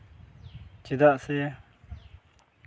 ᱪᱮᱫᱟᱜ ᱥᱮ